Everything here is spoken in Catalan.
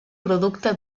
producte